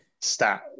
stat